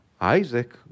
Isaac